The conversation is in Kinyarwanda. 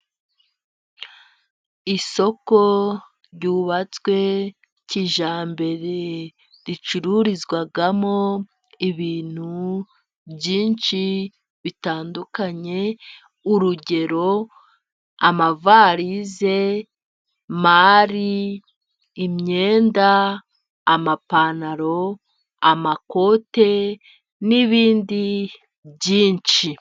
Isoko ryubatswe kijyambere ricururizwamo ibintu byinshi bitandukanye, urugero: amavarize, mari, imyenda, amapantaro amakote nibindi byinshi.